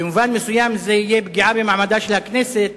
במובן מסוים זה יהיה פגיעה במעמדה של הכנסת,